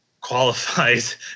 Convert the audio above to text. qualifies